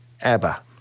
ABBA